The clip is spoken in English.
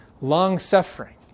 Long-suffering